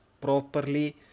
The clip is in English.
properly